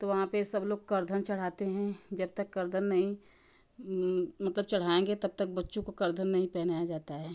तो वहां पे सब लोग कर्धन चढ़ाते हैं जब तक कर्धन नहीं मतलब चढ़ाएँगे तब तक बच्चों को कर्धन नहीं पहनाया जाता है